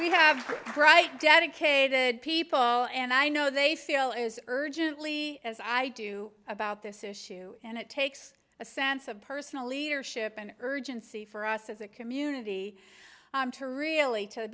we have bright dedicated people and i know they feel is urgently as i do about this issue and it takes a sense of personal leadership and urgency for us as a community to really